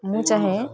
ମୁଁ ଚାହେଁ